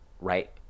right